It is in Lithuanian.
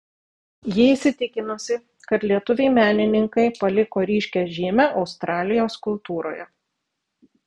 ji įsitikinusi kad lietuviai menininkai paliko ryškią žymę australijos kultūroje